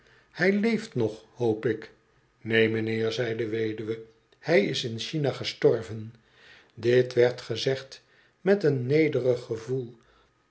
hg leeft nog hoop ik neen m'nheer zei de weduwe hij is in china gestorven dit werd gezegd meteen nederig gevoel